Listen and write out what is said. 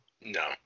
No